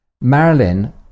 Marilyn